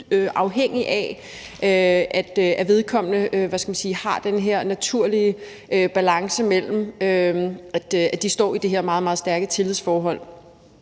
afhængig af, at der er den her naturlige balance, når der er det her meget, meget stærke tillidsforhold.